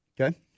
Okay